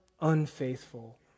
unfaithful